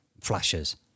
flashes